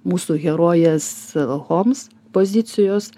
mūsų herojės holms pozicijos